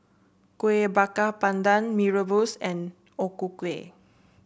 Kuih Bakar Pandan Mee Rebus and O Ku Kueh